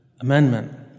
amendment